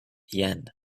yen